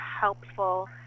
helpful